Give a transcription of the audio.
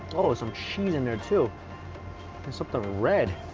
oh! some cheese in there, too there's something red